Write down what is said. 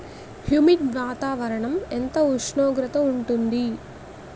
Humid వాతావరణం ఎంత ఉష్ణోగ్రత ఉంటుంది?